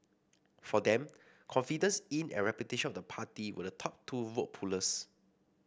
for them confidence in and reputation of the party were the top two vote pullers